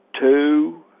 two